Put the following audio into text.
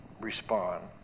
respond